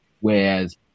whereas